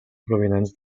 provinents